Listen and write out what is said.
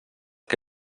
que